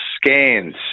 scans